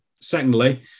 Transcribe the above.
Secondly